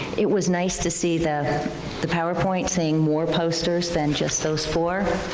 it was nice to see the the powerpoint, seeing more posters than just those four.